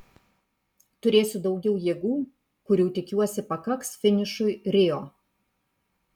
turėsiu daugiau jėgų kurių tikiuosi pakaks finišui rio